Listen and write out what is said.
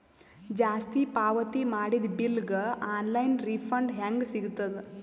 ಜಾಸ್ತಿ ಪಾವತಿ ಮಾಡಿದ ಬಿಲ್ ಗ ಆನ್ ಲೈನ್ ರಿಫಂಡ ಹೇಂಗ ಸಿಗತದ?